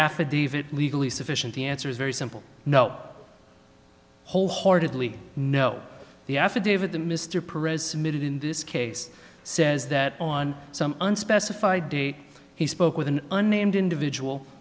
affidavit legally sufficient the answer is very simple no wholeheartedly no the affidavit the mr perot submitted in this case says that on some unspecified date he spoke with an unnamed individual